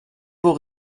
beau